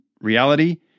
reality